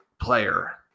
player